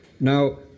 Now